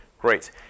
Great